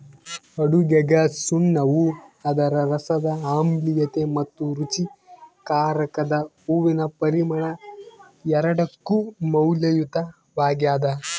ಅಡುಗೆಗಸುಣ್ಣವು ಅದರ ರಸದ ಆಮ್ಲೀಯತೆ ಮತ್ತು ರುಚಿಕಾರಕದ ಹೂವಿನ ಪರಿಮಳ ಎರಡಕ್ಕೂ ಮೌಲ್ಯಯುತವಾಗ್ಯದ